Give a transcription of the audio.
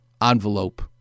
envelope